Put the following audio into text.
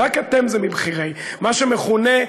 רק אתם זה "מבכירי" מה שמכונה,